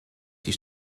die